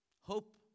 Hope